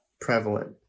prevalent